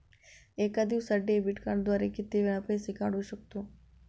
एका दिवसांत डेबिट कार्डद्वारे किती वेळा पैसे काढू शकतो?